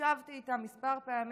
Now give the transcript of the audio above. ישבתי איתם כמה פעמים,